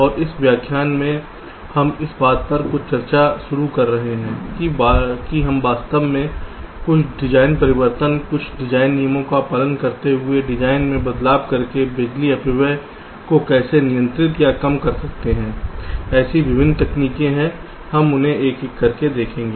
और इस व्याख्यान में हम इस बात पर कुछ चर्चा शुरू कर रहे हैं कि हम वास्तव में कुछ डिज़ाइन परिवर्तन कुछ डिज़ाइन नियमों का पालन करते हुए डिज़ाइन में बदलाव करके बिजली अपव्यय को कैसे नियंत्रित या कम कर सकते हैं ऐसी विभिन्न तकनीकें हैं हम उन्हें एक एक करके देखेंगे